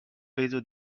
peso